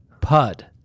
Pud